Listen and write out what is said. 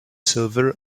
silver